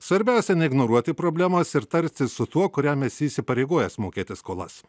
svarbiausia neignoruoti problemos ir tartis su tuo kuriam esi įsipareigojęs mokėti skolas